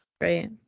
right